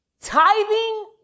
Tithing